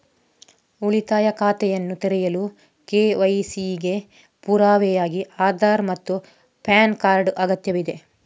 ಉಳಿತಾಯ ಖಾತೆಯನ್ನು ತೆರೆಯಲು ಕೆ.ವೈ.ಸಿ ಗೆ ಪುರಾವೆಯಾಗಿ ಆಧಾರ್ ಮತ್ತು ಪ್ಯಾನ್ ಕಾರ್ಡ್ ಅಗತ್ಯವಿದೆ